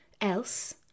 else